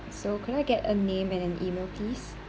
so could I get a name and an email please